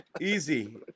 easy